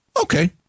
Okay